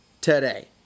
today